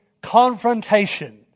confrontation